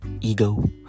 ego